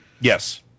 Yes